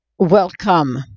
welcome